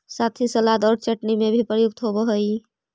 साथ ही सलाद और चटनी में भी प्रयुक्त होवअ हई